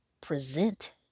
present